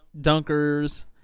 dunkers